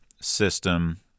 system